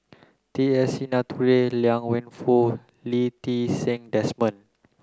T S Sinnathuray Liang Wenfu Lee Ti Seng Desmond